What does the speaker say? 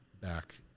back